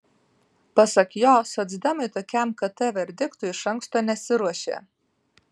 pasak jo socdemai tokiam kt verdiktui iš anksto nesiruošė